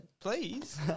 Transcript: Please